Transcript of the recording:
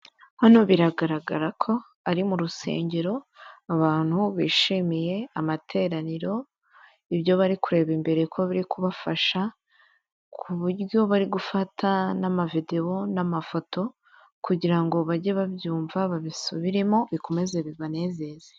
Hano biragaragara ko ari mu rusengero abantu bishimiye amateraniro, ibyo bari kureba imbere ko biri kubafasha ku buryo bari gufata n'amavidewo n'amafoto, kugira ngo bajye babyumva babisubiremo bikomeze bibanezeze.